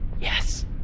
Yes